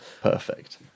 Perfect